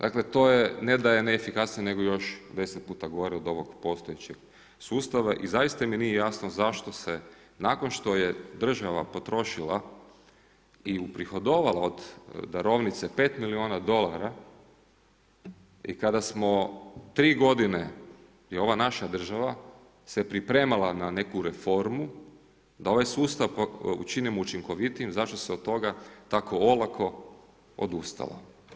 Dakle to je ne da je ne efikasnije nego još deset puta gore od ovog postojećeg sustava i zaista mi nije jasno zašto se nakon što je država potrošila i uprihodovala od darovnice pet milijuna dolara i kada smo tri godine je ova naša države se pripremala na neku reformu da ovaj sustav učinimo učinkovitijim zašto se od toga olako odustalo.